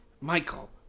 Michael